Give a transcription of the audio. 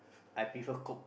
I prefer coke